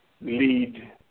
lead